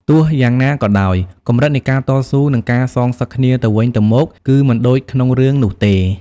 ទោះយ៉ាងណាក៏ដោយ កម្រិតនៃការតស៊ូនិងការសងសឹកគ្នាទៅវិញទៅមកគឺមិនដូចក្នុងរឿងនោះទេ។